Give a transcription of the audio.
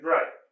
Right